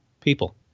people